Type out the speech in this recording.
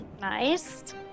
Nice